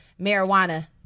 marijuana